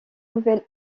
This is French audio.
nouvelle